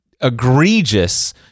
egregious